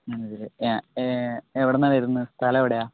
ആണല്ലെ എവിടെ നിന്നാണ് വരുന്നത് സ്ഥലം എവിടെയാണ്